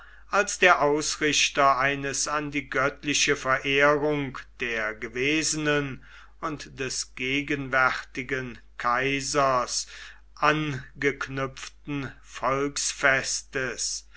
als der ausrichter eines an die göttliche verehrung der gewesenen und des gegenwärtigen kaisers angeknüpften volksfestes